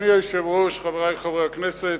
אדוני היושב-ראש, חברי חברי הכנסת,